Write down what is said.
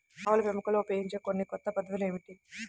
ఆవుల పెంపకంలో ఉపయోగించే కొన్ని కొత్త పద్ధతులు ఏమిటీ?